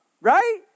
right